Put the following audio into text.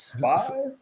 five